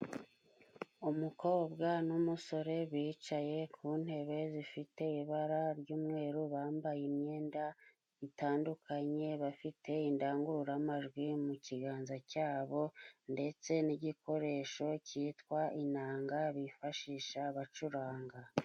Umukobwa n'umusore bicaye ku ntebe zifite ibara ry'umweru bambaye imyenda itandukanye, bafite indangururamajwi mu kiganza cyabo, ndetse n'igikoresho cyitwa inanga bifashisha bacuranga.